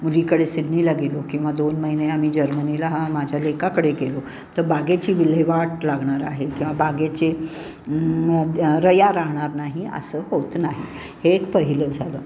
मुलीकडे सिडनीला गेलो किंवा दोन महिने आम्ही जर्मनीला हा माझ्या लेकाकडे गेलो तर बागेची विल्हेवाट लागणार आहे किंवा बागेची रया राहणार नाही असं होत नाही हे एक पहिलं झालं